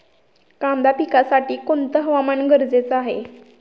कांदा पिकासाठी कोणते हवामान गरजेचे आहे?